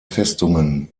festungen